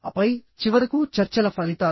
ఆపై చివరకు చర్చల ఫలితాలు